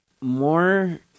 more